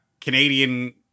Canadian